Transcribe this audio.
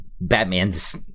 Batman's